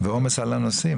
ועומס על הנוסעים.